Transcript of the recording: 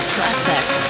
Prospect